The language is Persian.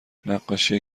نقاشی